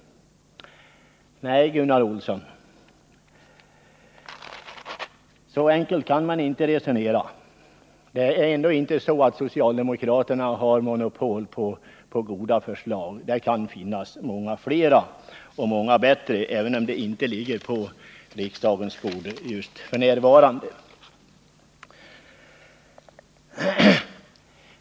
Nej, Gunnar Olsson, så enkelt kan man inte 159 resonera. Det är inte så att socialdemokraterna har monopol på goda förslag. Det kan finnas många fler och många bättre, även om de inte ligger på riksdagens bord f. n.